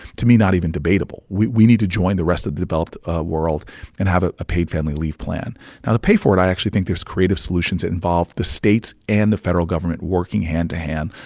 to me, not even debatable we we need to join the rest of the developed world and have a ah paid family leave plan. now, to pay for it, i actually think there's creative solutions that involve the states and the federal government working hand to hand,